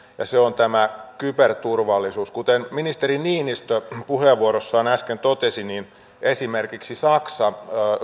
ja se on tämä kyberturvallisuus kuten ministeri niinistö puheenvuorossaan äsken totesi esimerkiksi saksa